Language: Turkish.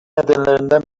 nedenlerinden